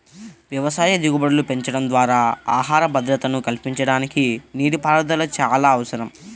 వ్యవసాయ దిగుబడులు పెంచడం ద్వారా ఆహార భద్రతను కల్పించడానికి నీటిపారుదల చాలా అవసరం